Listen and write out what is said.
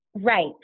Right